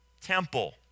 temple